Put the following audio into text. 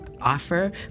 offer